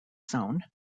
zone